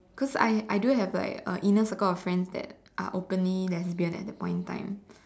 cause I I do have like a inner circle of friends that are openly lesbian at the point in time